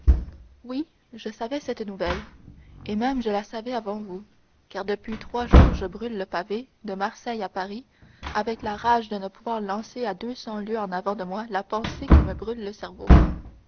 oui je savais cette nouvelle et même je la savais avant vous car depuis trois jours je brûle le pavé de marseille à paris avec la rage de ne pouvoir lancer à deux cents lieues en avant de moi la pensée qui me brûle le cerveau